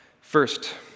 First